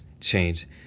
change